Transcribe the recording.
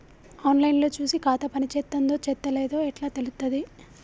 On line లో చూసి ఖాతా పనిచేత్తందో చేత్తలేదో ఎట్లా తెలుత్తది?